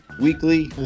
weekly